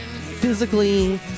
physically